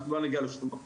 אנחנו לא נגיע לשום מקום.